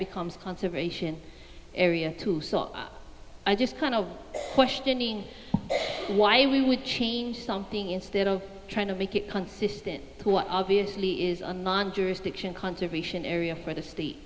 becomes conservation area too so i just kind of questioning why we would change something instead of trying to make it consistent who obviously is a non jurisdiction conservation area for the state